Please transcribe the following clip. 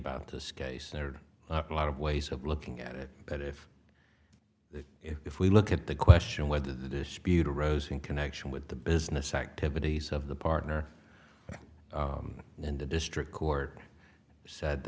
about this case and there are a lot of ways of looking at it but if the if we look at the question whether the dispute arose in connection with the business activities of the partner and the district court said